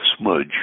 smudge